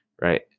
right